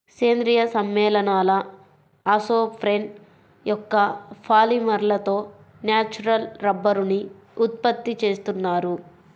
సేంద్రీయ సమ్మేళనాల ఐసోప్రేన్ యొక్క పాలిమర్లతో న్యాచురల్ రబ్బరుని ఉత్పత్తి చేస్తున్నారు